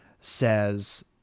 says